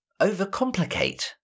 overcomplicate